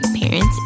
parents